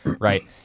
Right